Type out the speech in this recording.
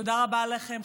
תודה רבה לכם,